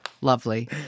Lovely